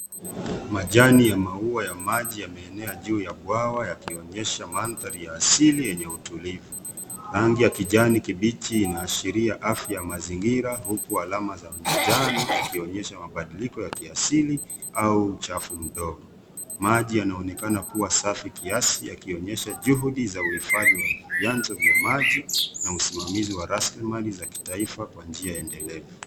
Majani ya maua ya maji yameenea juu ya bwawa yakionyesha mandhari ya asili yenye utulivu. Rangi ya kijani kibichi inaashiria afya ya mazingira huku alama za njano zikionyesha mabadiliko ya kiasili au uchafu mdogo. Maji yanaonekana kuwa safi kiasi yakionyesha juhudi za uhifadhi wa vyanzo vya maji na usimamizi wa rasilimali za kitaifa kwa njia endelevu.